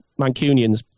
Mancunians